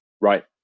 right